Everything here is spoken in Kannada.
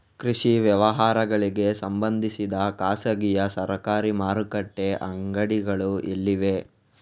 ಕೃಷಿ ವ್ಯವಹಾರಗಳಿಗೆ ಸಂಬಂಧಿಸಿದ ಖಾಸಗಿಯಾ ಸರಕಾರಿ ಮಾರುಕಟ್ಟೆ ಅಂಗಡಿಗಳು ಎಲ್ಲಿವೆ?